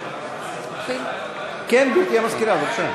גברתי המזכירה, בבקשה.